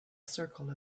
circle